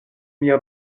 mia